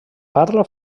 parla